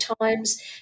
times